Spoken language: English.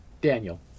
Daniel